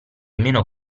meno